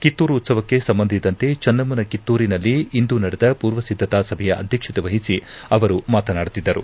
ಕಿತ್ತೂರು ಉತ್ಸವಕ್ಕೆ ಸಂಬಂಧಿಸಿದಂತೆ ಚೆನ್ನಮ್ಮನ ಕಿತ್ತೂರಿನಲ್ಲಿ ಇಂದು ನಡೆದ ಪೂರ್ವ ಸಿದ್ದತಾ ಸಭೆಯ ಅಧ್ಯಕ್ಷತೆ ವಹಿಸಿ ಅವರು ಮಾತನಾಡುತ್ತಿದ್ದರು